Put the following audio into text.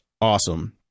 awesome